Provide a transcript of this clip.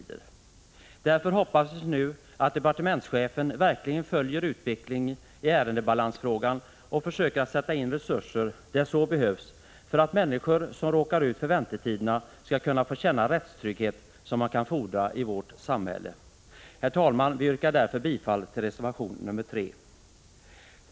Därför hoppas vi nu att departementschefen verkligen följer utvecklingen i ärendebalansfrågan och försöker att sätta in resurser där så behövs för att människor som råkar ut för väntetiderna skall kunna få känna rättstrygghet, som man kan fordra i vårt samhälle. Herr talman! Jag yrkar därför bifall till reservation 3.